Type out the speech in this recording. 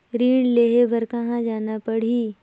ऋण लेहे बार कहा जाना पड़ही?